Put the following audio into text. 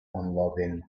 unloving